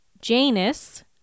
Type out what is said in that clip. Janus